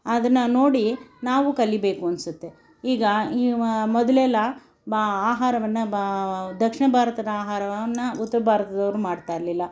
ಅದನ್ನು ನೋಡಿ ನಾವು ಕಲಿಬೇಕು ಅನ್ಸುತ್ತೆ ಈಗ ಈಗ ಮೊದಲೆಲ್ಲ ಆಹಾರವನ್ನು ಬ ದಕ್ಷಿಣ ಭಾರತದ ಆಹಾರವನ್ನು ಉತ್ತರ ಭಾರತದವರು ಮಾಡ್ತಾಯಿರಲಿಲ್ಲ